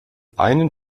einen